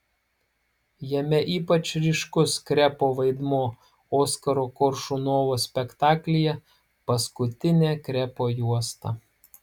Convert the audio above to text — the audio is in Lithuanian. jame ypač ryškus krepo vaidmuo oskaro koršunovo spektaklyje paskutinė krepo juosta